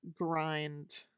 grind